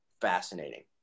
fascinating